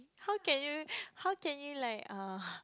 how can you how can you like err